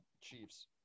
Chiefs